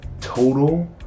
total